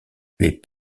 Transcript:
les